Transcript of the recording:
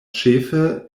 ĉefe